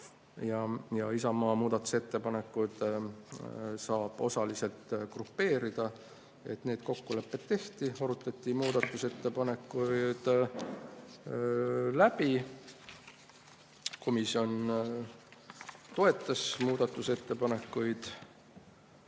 ja Isamaa muudatusettepanekud saab osaliselt grupeerida. Need kokkulepped tehti ja arutati muudatusettepanekud läbi. Komisjon toetas muudatusettepanekuid.